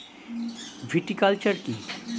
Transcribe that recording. Viticulture কী?